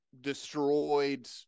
destroyed